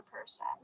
person